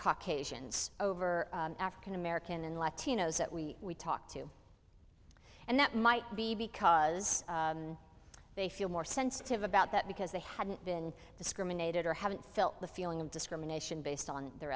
caucasians over african american and latinos that we we talked to and that might be because they feel more sensitive about that because they hadn't been discriminated or haven't felt the feeling of discrimination based on their